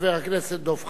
חבר הכנסת דב חנין,